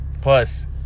Plus